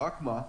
רק מה?